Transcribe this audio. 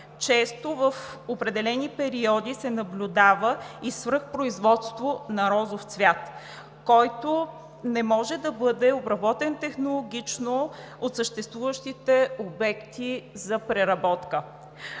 Често в определени периоди се наблюдава и свръхпроизводство на розов цвят, който не може да бъде обработен технологично от съществуващите обекти за преработка.